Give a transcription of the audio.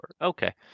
Okay